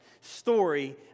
story